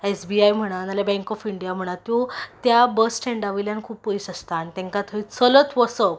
S B I म्हणा ना जाल्यार बँक ऑफ इंडीया म्हणा त्यो त्या बस स्टेंडा वयल्यान खूब पयस आसता आनी तांकां थंय चडत वसप